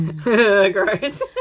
Gross